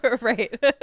right